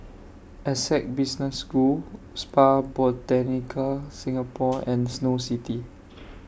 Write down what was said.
Essec Business School Spa Botanica Singapore and Snow City